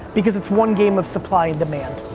because it's one game of supply and demand.